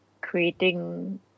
creating